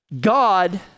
God